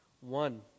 One